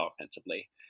offensively